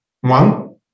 one